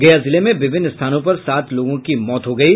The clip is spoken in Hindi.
गया जिले में विभिन्न स्थानों पर सात लोगों की मौत हो गयी